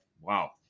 wow